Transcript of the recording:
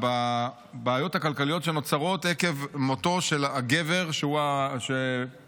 בבעיות הכלכליות שנוצרות עקב מותו של הגבר שמפרנס,